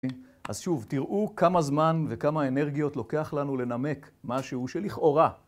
אז שוב, תראו כמה זמן וכמה אנרגיות לוקח לנו לנמק משהו שלכאורה